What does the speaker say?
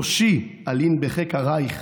ראשי אלין בחיק הרייך,